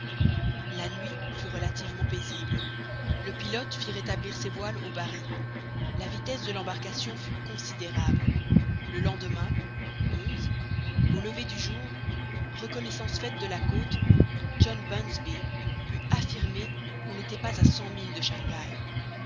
la nuit fut relativement paisible le pilote fit rétablir ses voiles au bas ris la vitesse de l'embarcation fut considérable le lendemain au lever du jour reconnaissance faite de la côte john bunsby put affirmer qu'on n'était pas à cent milles de shangaï